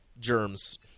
germs